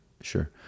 sure